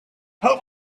help